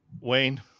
wayne